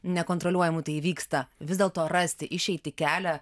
nekontroliuojamų tai įvyksta vis dėlto rasti išeitį kelią